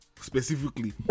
specifically